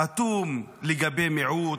אטום לגבי מיעוט,